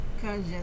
Cause